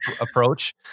approach